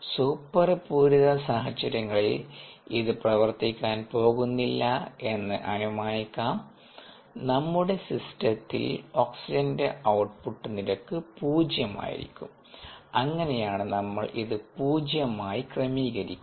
super പൂരിത സാഹചര്യങ്ങളിൽ ഇത് പ്രവർത്തിക്കാൻ പോകുന്നില്ല എന്ന് അനുമാനിക്കാം നമ്മുടെ സിസ്റ്റത്തിൽ ഓക്സിജന്റെ ഔട്ട്പുട്ട് നിരക്ക് 0 ആയിരിക്കും അങ്ങനെയാണ് നമ്മൾ ഇത് 0 ആയി ക്രമീകരിക്കുന്നത്